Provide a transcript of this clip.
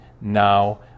now